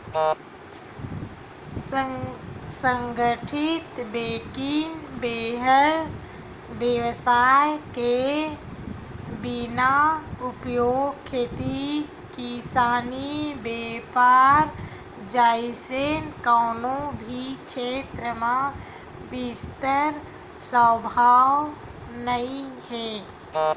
संगठित बेंकिग बेवसाय के बिना उद्योग, खेती किसानी, बेपार जइसे कोनो भी छेत्र म बिस्तार संभव नइ हे